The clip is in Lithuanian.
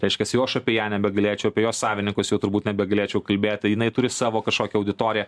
reiškias jau aš apie ją nebegalėčiau apie jos savininkus jau turbūt nebegalėčiau kalbėt jinai turi savo kažkokią auditoriją